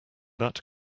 that